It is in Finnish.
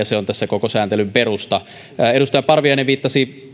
se on tässä koko sääntelyn perusta edustaja parviainen viittasi